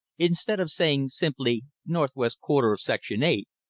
instead of saying simply, northwest quarter of section eight,